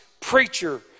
preacher